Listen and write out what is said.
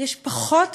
הן פשוט קורסות.